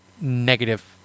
Negative